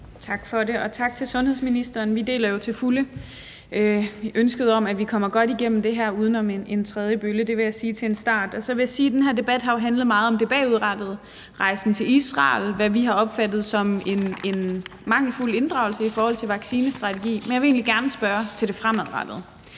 Tak for det, og tak til sundhedsministeren. Vi deler jo til fulde ønsket om, at vi kommer godt igennem det her, uden om en tredje bølge. Det vil jeg sige til en start. Så vil jeg sige, at den her debat jo har handlet meget om det bagudrettede: rejsen til Israel, hvad vi har opfattet som en mangelfuld inddragelse i forhold til vaccinestrategi. Men jeg vil egentlig gerne spørge til det fremadrettede.